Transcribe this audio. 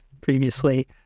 previously